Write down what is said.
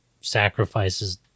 sacrifices